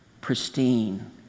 pristine